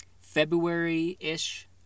February-ish